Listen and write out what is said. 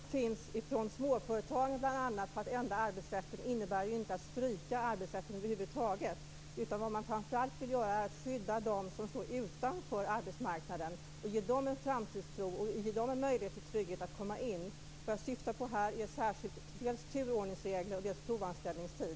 Fru talman! De förslag som kommit bl.a. från småföretagen om att ändra arbetsrätten innebär inte alls att man skall stryka arbetsrätten. Vad man framför allt vill göra är att skydda dem som står utanför arbetsmarknaden och ge dem en framtidstro och en möjlighet till trygghet och att komma in på arbetsmarknaden. Vad jag syftar på här är särskilt dels turordningsregler, dels provanställningstid.